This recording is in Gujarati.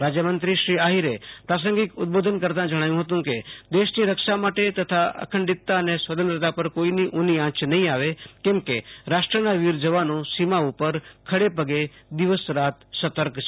રાજ્યમંત્રી શ્રી આહિરે પ્રાસંગિક ઉદબોધન કરતા જણાવ્યું હતું કે દેશની રક્ષા માટે તથા અખંડિતતા અને સ્વતંત્રતા પર કોઈની ઉની આંચ નહીં આવે કેમ કે રાષ્ટ્રના વીર જવાનો સીમા ઉપર ખડેપગે દિવસ રાત સતર્ક છે